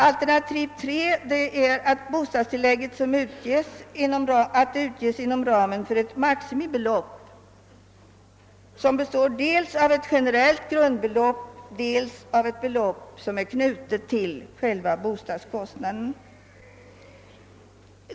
Alternativ III innebär att bostadstillägget utges inom ramen för ett maximibelopp och består dels av ett generellt grundbelopp, dels av ett belopp som är knutet till bostadskostnaden.